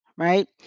right